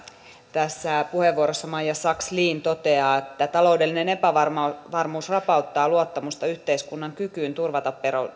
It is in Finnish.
tässä puheenvuorossa maija sakslin toteaa että taloudellinen epävarmuus epävarmuus rapauttaa luottamusta yhteiskunnan kykyyn turvata